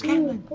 scanlan,